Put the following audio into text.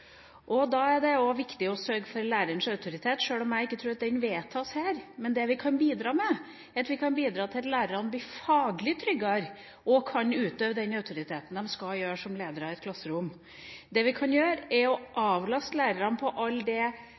Da er det også viktig å sørge for lærernes autoritet, sjøl om jeg ikke tror at den vedtas her. Men det vi kan gjøre, er å bidra til at lærerne blir faglig tryggere og kan utøve den autoriteten de skal utøve som ledere i et klasserom. Det vi kan gjøre, er å avlaste lærerne i all